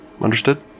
Understood